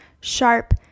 sharp